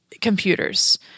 computers